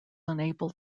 unable